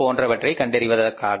போன்றவற்றை கண்டறிவதற்காக